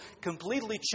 completely